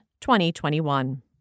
2021